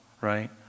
right